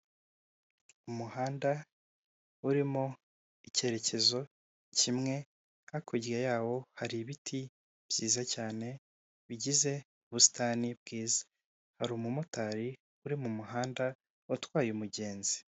Umuhanda urimo icyerekezo kimwe, hakurya yawo hari ibiti byiza cyane, bigize ubusitani bwiza. Hari umumotari uri mu muhanda, watwaye umugenzi.